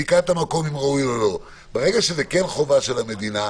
בדיקת המקום אם ראוי או לא ברגע שזו חובת המדינה,